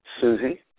Susie